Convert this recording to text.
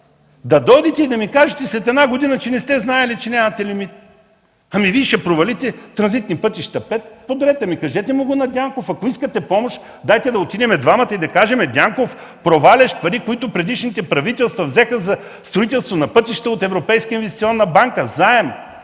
да дойдете и да ми кажете след една година, че не сте знаели, че нямате лимит. Вие ще провалите „Транзитни пътища 5”. Добре, кажете му го на Дянков! Ако искате помощ, дайте да отидем двамата и да кажем: „Дянков, проваляш пари, които предишните правителства взеха за строителство на пътища от Европейската инвестиционна банка в заем”.